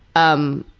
um.